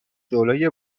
جلوی